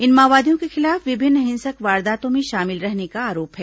इन माओवादियों के खिलाफ विभिन्न हिंसक वारदातों में शामिल रहने का आरोप है